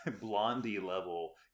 blondie-level